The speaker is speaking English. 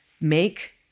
make